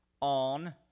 on